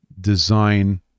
design